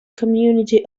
community